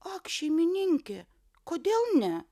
ak šeimininke kodėl ne